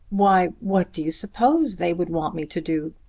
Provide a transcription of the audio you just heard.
why what do you suppose they would want me to do?